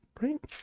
right